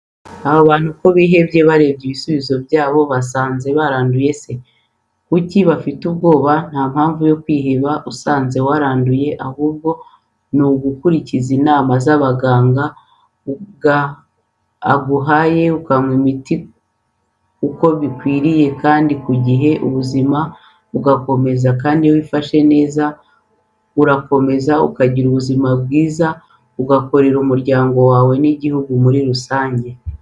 Aba bantu kobihebye bareba ibisubizo byabo basanze baranduye se kuki bafite ubwoba ntampamvu yokwiheba usanze waranduye ahubwo nugukuriza inama zamuganga aguhaye ukannywa imiti uko bikwriye kandi kugihe ubuzima bugakomeza kandi iyo wifashe neza urakomeza ukagira ubuzima bwiza ugakorera umuryango wawe nigihugu muri rusange.